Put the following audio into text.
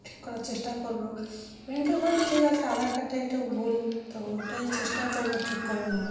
ঠিক করার চেষ্টা করব ব্যাংকের বইটা ঠিক আছে আধার কার্ডটা একটু ভুল তো ওইটাই চেষ্টা করব ঠিক করে নেওয়ার